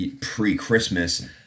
pre-Christmas